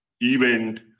event